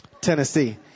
Tennessee